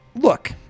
Look